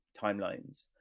timelines